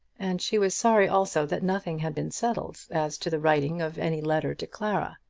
and she was sorry also that nothing had been settled as to the writing of any letter to clara.